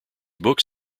books